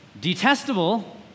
detestable